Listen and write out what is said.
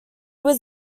was